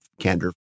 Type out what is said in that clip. candor